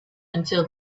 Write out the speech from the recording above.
until